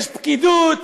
יש פקידות,